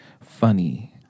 funny